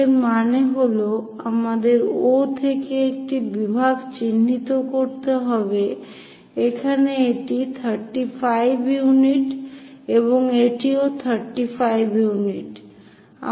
এর মানে হল আমাদের O থেকে একটি বিভাগ চিহ্নিত করতে হবে এখানে এটি 35 ইউনিট এবং এটিও 35 ইউনিট